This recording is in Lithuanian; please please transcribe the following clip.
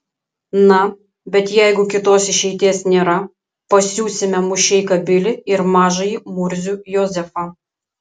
na bet jeigu kitos išeities nėra pasiųsime mušeiką bilį ir mažąjį murzių jozefą